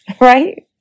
right